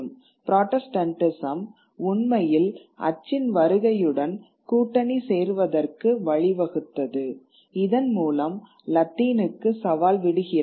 Protestantism உண்மையில் அச்சின் வருகையுடன் கூட்டணி சேர்வதற்கு வழிவகுத்தது இதன் மூலம் லத்தீனுக்கு சவால் விடுகிறது